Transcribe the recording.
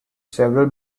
several